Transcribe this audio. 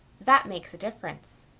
that makes a difference,